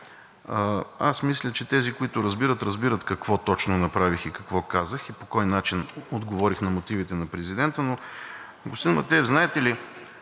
Аз мисля, че тези, които разбират, разбират какво точно направих и какво казах, и по кой начин отговорих на мотивите на президента. Господин Матеев, знаете ли,